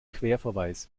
querverweis